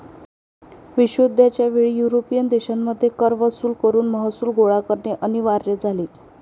विश्वयुद्ध च्या वेळी युरोपियन देशांमध्ये कर वसूल करून महसूल गोळा करणे अनिवार्य झाले